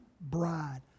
bride